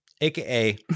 aka